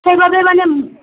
সেই বাবে মানে